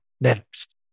next